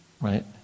Right